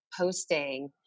posting